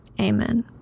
Amen